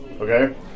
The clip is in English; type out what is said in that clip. Okay